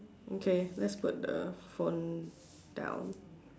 okay let's put the phone down